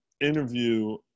interview